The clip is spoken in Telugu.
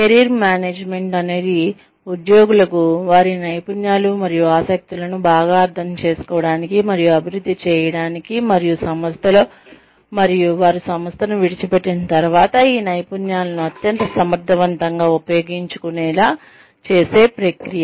కెరీర్ మేనేజ్మెంట్ అనేది ఉద్యోగులు వారి నైపుణ్యాలు మరియు ఆసక్తులను బాగా అర్థం చేసుకోవడానికి మరియు అభివృద్ధి చేయడానికి మరియు సంస్థలో మరియు వారు సంస్థను విడిచిపెట్టిన తర్వాత ఈ నైపుణ్యాలను అత్యంత సమర్థవంతంగా ఉపయోగించుకునేలా చేసే ప్రక్రియ